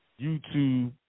YouTube